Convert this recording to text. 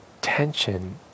tension